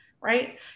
right